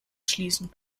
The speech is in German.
schließen